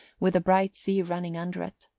with a bright sea running under it.